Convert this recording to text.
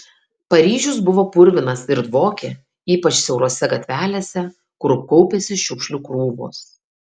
paryžius buvo purvinas ir dvokė ypač siaurose gatvelėse kur kaupėsi šiukšlių krūvos